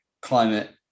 climate